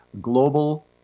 global